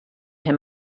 him